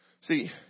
See